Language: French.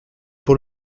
pour